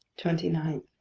twenty nine.